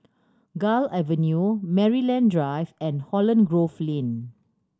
Gul Avenue Maryland Drive and Holland Grove Lane